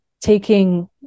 taking